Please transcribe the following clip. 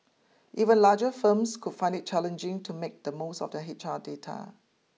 even larger firms could find it challenging to make the most of their H R data